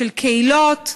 של קהילות,